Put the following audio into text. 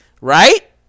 Right